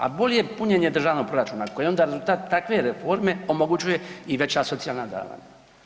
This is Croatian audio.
A bolje punjenje državnog proračuna koji je onda rezultat takve reforme omogućuje i veća socijalna davanja.